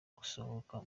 gusohoka